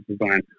design